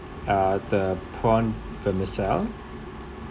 uh the prawn vermicelli